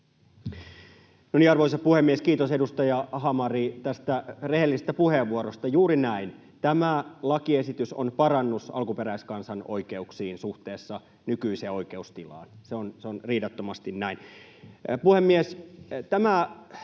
Arvoisa puhemies! Kiitos, edustaja Hamari, tästä rehellisestä puheenvuorosta. Juuri näin, tämä lakiesitys on parannus alkuperäiskansan oikeuksiin suhteessa nykyiseen oikeustilaan. Se on riidattomasti näin.